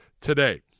today